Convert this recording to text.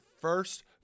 first